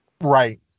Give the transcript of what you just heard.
Right